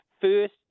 first